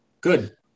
Good